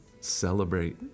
celebrate